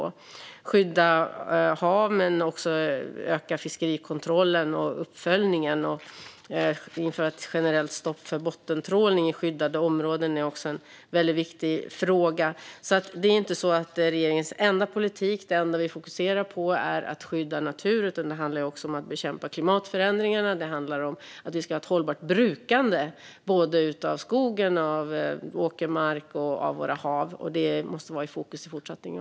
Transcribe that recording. Att skydda hav, öka fiskerikontrollen och uppföljningen och att införa ett generellt stopp för bottentrålning i skyddade områden är också en väldigt viktig fråga. Det är alltså inte så att det enda regeringen fokuserar på är att skydda natur. Det handlar också om att bekämpa klimatförändringarna. Det handlar om att vi ska ha ett hållbart brukande av skog, av åkermark och av våra hav. Det måste vara i fokus också i fortsättningen.